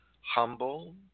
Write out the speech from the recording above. humble